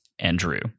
Andrew